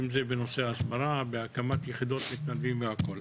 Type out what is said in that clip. אם זה בנושא הסברה, בהקמת יחידות מתנדבים וכו'.